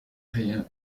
rien